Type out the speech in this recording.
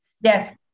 yes